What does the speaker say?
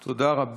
תודה.